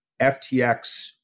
FTX